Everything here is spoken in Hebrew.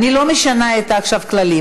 אני לא משנה עכשיו את הכללים.